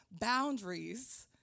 boundaries